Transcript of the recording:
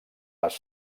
les